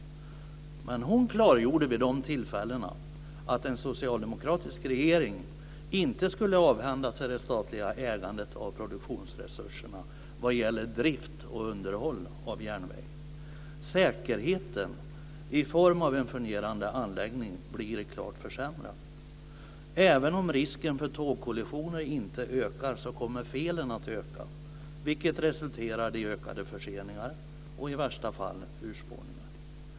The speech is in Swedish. Vid de tillfällena klargjorde hon att en socialdemokratisk regering inte skulle avhända sig det statliga ägandet av produktionsresurserna vad gäller drift och underhåll av järnvägen. Säkerheten, i form av en fungerande anläggning, blir klart försämrad. Även om risken för tågkollisioner inte ökar, kommer felen att öka. Det resulterar i ökade förseningar och i värsta fall urspårningar.